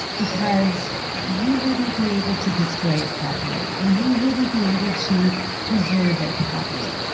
because you wouldn't be able to display it properly. or you wouldn't be able to preserve it properly.